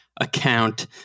account